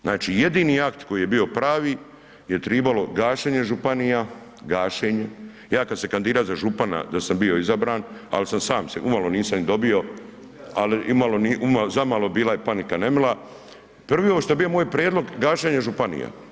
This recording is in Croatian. Znači jedini akt koji je bio pravi je trebalo gašenje županija, gašenje, ja kad sam se kandidirao za župana, da sam bio izabran ali sam sam, umalo ih nisam dobio ali zamalo bila je panika nemila, prvi što bi bio moj prijedlog, gašenje županija.